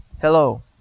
Hello